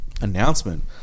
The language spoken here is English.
announcement